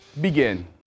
begin